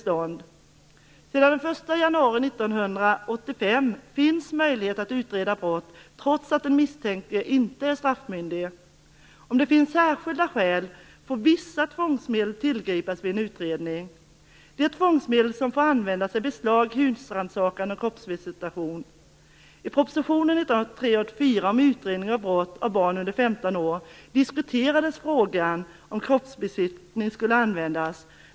Sedan den 1 januari 1985 finns möjlighet att utreda brott trots att den misstänkte inte är straffmyndig. Om det finns särskilda skäl får vissa tvångsmedel tillgripas vid en utredning. De tvångsmedel som får användas är beslag, husrannsakan och kroppsvisitation. I proposition 1983/84:187 om utredning av brott av barn under 15 år diskuterades frågan om huruvida kroppsbesiktning skulle få användas.